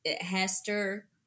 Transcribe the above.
Hester